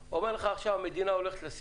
הוא אומר לך שהמדינה הולכת לשים.